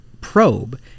probe